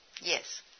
Yes